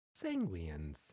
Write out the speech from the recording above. sanguines